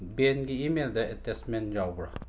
ꯕꯦꯟꯒꯤ ꯏꯃꯦꯜꯗ ꯑꯦꯇꯦꯁꯃꯦꯟ ꯌꯥꯎꯕ꯭ꯔꯥ